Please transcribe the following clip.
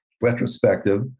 retrospective